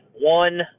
One